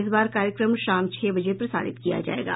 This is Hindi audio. इस बार यह कार्यक्रम शाम छह बजे प्रसारित किया जाएगा